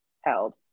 held